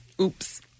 Oops